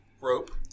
rope